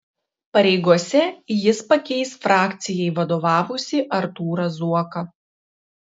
pareigose jis pakeis frakcijai vadovavusį artūrą zuoką